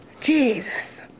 Jesus